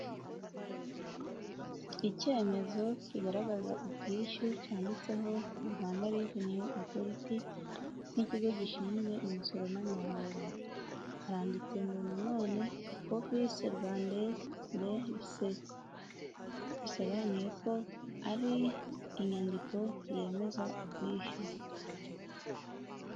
icyemezo kigaragaza ubwishyu, cyanditseho rwanda revenue authority nk'ikigo gishinzwe imisoro n'amahoro. Haranditse ngo nanone office rwandais des recettes, bisobanuye ko ari inyandiko yemeza ubwishyu.